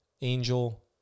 Angel